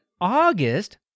August